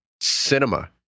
cinema